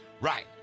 Right